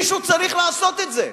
מישהו צריך לעשות את זה.